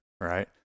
right